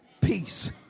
Peace